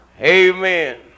Amen